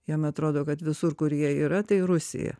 jiem atrodo kad visur kurie yra tai rusija